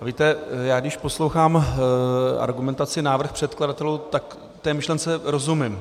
Víte, já když poslouchám argumentaci, návrh předkladatelů, tak té myšlence rozumím.